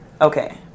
Okay